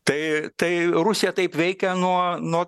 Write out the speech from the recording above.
tai tai rusija taip veikia nuo nuo